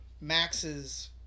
Max's